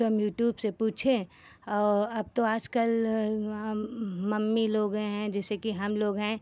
तो हम यूट्यूब से पूछें और अब तो आजकल मम्मी लोग हैं जैसे कि हमलोग हैं